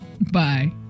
Bye